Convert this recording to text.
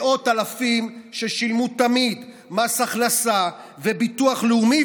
מאות אלפים ששילמו תמיד מס הכנסה וביטוח לאומי,